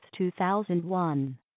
2001